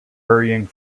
hurrying